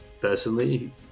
personally